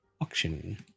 auction